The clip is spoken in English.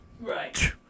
Right